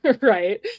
Right